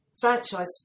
franchise